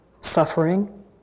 suffering